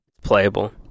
Playable